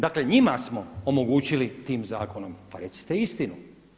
Dakle, njima smo omogućili tim zakonom, pa recite istinu.